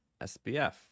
SBF